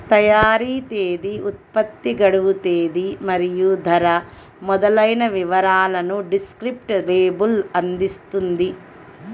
తయారీ తేదీ, ఉత్పత్తి గడువు తేదీ మరియు ధర మొదలైన వివరాలను డిస్క్రిప్టివ్ లేబుల్ అందిస్తుంది